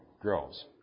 grows